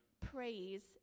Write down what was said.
praise